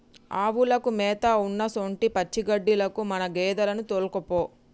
ఆవులకు మేత ఉన్నసొంటి పచ్చిగడ్డిలకు మన గేదెలను తోల్కపో